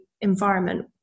environment